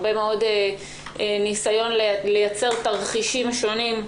הרבה מאוד ניסיון לייצר תרחישים שונים.